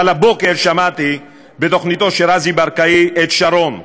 אבל הבוקר שמעתי בתוכניתו של רזי ברקאי את שרון,